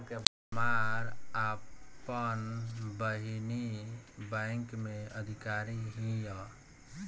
हमार आपन बहिनीई बैक में अधिकारी हिअ